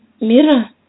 Mira